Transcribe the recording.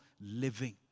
living